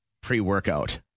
pre-workout